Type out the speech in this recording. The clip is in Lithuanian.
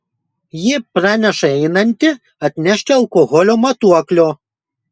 ji praneša einanti atnešti alkoholio matuoklio